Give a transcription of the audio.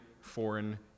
foreign